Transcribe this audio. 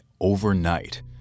overnight